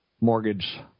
mortgage